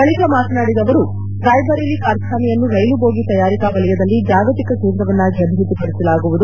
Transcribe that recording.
ಬಳಿಕ ಮಾತನಾಡಿದ ಅವರು ರಾಯ್ಬರೇಲಿ ಕಾರ್ಖಾನೆಯನ್ನು ರೈಲು ಬೋಗಿ ತಯಾರಿಕಾ ವಲಯದಲ್ಲಿ ಜಾಗತಿಕ ಕೇಂದ್ರವನ್ನಾಗಿ ಅಭಿವೃದ್ಧಿಪಡಿಸಲಾಗುವುದು